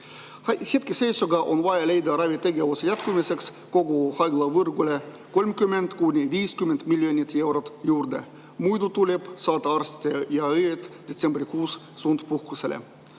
Hetkeseisuga on vaja leida ravitegevuse jätkamiseks kogu haiglavõrgule 30–50 miljonit eurot juurde, muidu tuleb saata arstid ja õed detsembrikuus sundpuhkusele.